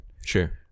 Sure